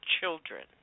children